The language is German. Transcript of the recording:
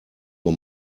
uhr